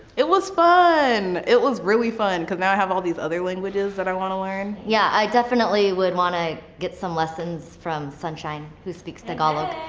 it was fun, it was really fun cause now i have all these other languages that i wanna learn. yeah, i definitely would wanna get some lessons from sunshine, who speaks tagalog.